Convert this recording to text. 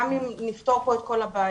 גם אם נפתור פה את כל הבעיות,